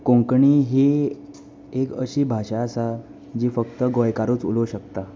कोंकणी ही एक अशी भाशा आसा जी फक्त गोंयकारूच उलोवंक शकता